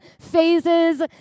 phases